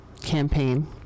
campaign